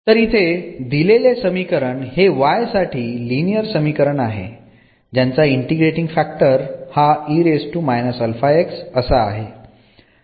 तर इथे दिलेले समीकरण हे y साठी लिनियर समीकरण आहे ज्याचा ईंटेग्रेटींग फॅक्टर हा असा आहे